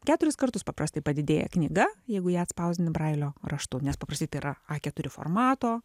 keturis kartus paprastai padidėja knyga jeigu ją atspausdinam brailio raštu nes paprastai tai yra a keturi formato